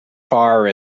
far